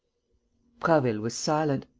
prasville was silent.